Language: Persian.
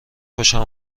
خوشم